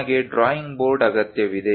ನಮಗೆ drawing board ಅಗತ್ಯವಿದೆ